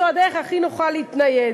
זו הדרך הכי נוחה להתנייד.